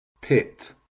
Pit